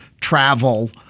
travel